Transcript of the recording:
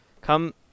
Come